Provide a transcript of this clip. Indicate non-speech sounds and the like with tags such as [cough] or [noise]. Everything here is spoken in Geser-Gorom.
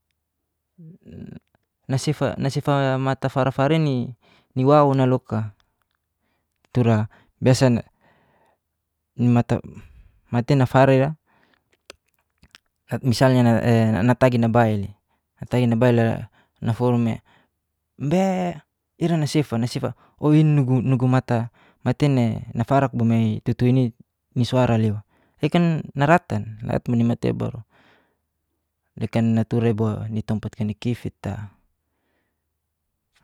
[hesitation] nasifa mata farfar ini iwawona loka, tura biasa [hesitation] matai nafari'ra, [hesitation] misalnya [hesitation] natai nabail'i, natagi nabail'i naforum [hesitation] mbee. ira nasifa nasifa uinugu nugu mata matai nafarak bomai tutuini niswara lewa niken naratan [unintelligible] niken naturaibo nitompatkan nikifit'a.